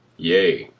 yea,